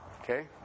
Okay